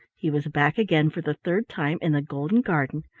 he was back again for the third time in the golden garden,